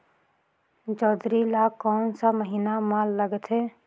जोंदरी ला कोन सा महीन मां लगथे?